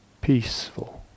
Peaceful